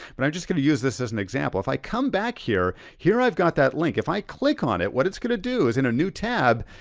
but i'm just gonna use this as an example. if i come back here, here, i've got that link. if i click on it, what it's gonna do is in a new tab,